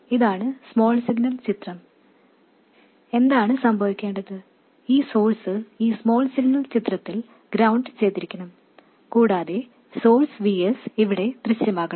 ഇതാണ് small signal ചിത്രം എന്താണ് സംഭവിക്കേണ്ടത് ഈ സോഴ്സ് ഈ സ്മോൾ സിഗ്നൽ ചിത്രത്തിൽ ഗ്രൌണ്ട് ചെയ്തിരിക്കണം കൂടാതെ സോഴ്സ് Vs ഇവിടെ ദൃശ്യമാകണം